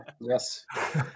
Yes